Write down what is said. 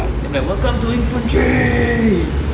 and like welcome to infantry